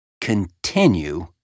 continue